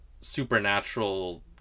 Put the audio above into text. supernatural